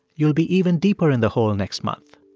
you'll be even deeper in the hole next month.